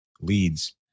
leads